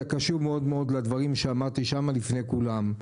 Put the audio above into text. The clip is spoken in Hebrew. קשוב מאוד מאוד לדברים שאמרתי שמה לפני כולם,